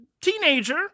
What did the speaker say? teenager